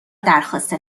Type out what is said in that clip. درخواست